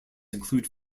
include